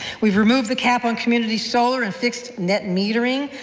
we've removed the cap on community solar and fixed net metering.